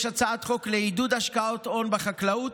יש הצעת חוק לעידוד השקעות הון בחקלאות.